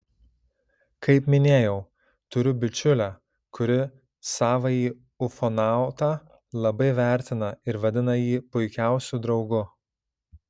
kaip minėjau turiu bičiulę kuri savąjį ufonautą labai vertina ir vadina jį puikiausiu draugu